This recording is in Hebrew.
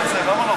למה לא,